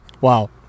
Wow